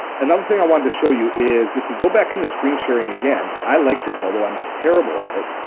another thing i wanted to show you is, if we go back into screen sharing again, i like this although i'm terrible at it,